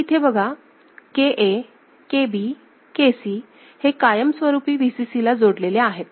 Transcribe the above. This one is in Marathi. तरी इथे बघा KA KB KC हे कायमस्वरूपी Vcc ला जोडलेले आहेत